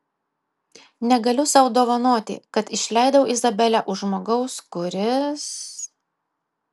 negaliu sau dovanoti kad išleidau izabelę už žmogaus kuris